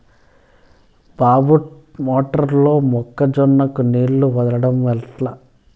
బాయి మోటారు లో మొక్క జొన్నకు నీళ్లు వదలడం ఎట్లా?